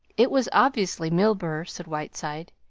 it was obviously milburgh, said whiteside.